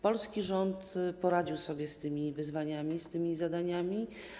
Polski rząd poradził sobie z tymi wyzwaniami, z tymi zadaniami.